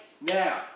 now